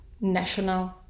national